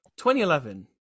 2011